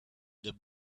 the